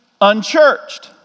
unchurched